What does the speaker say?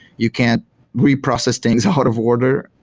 you can't reprocess things out of order.